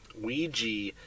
Ouija